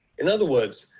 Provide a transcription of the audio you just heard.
in other words,